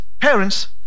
parents